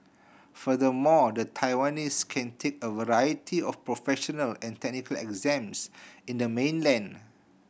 furthermore the Taiwanese can take a variety of professional and technical exams in the mainland